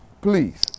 Please